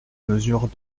mesures